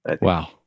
Wow